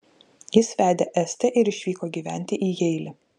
jis vedė estę ir išvyko gyventi į jeilį